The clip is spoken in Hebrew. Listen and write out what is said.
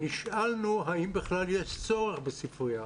נשאלנו האם בכלל יש צורך בספרייה,